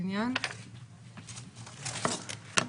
(שקף: